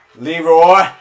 Leroy